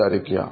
വിചാരിക്കുക